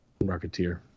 rocketeer